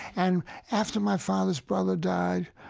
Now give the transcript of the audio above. and after my father's brother died,